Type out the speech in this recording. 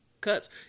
cuts